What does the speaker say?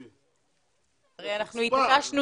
הרי אנחנו התעקשנו